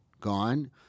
gone